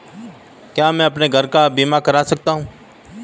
क्या मैं अपने घर का बीमा करा सकता हूँ?